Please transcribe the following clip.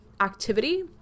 activity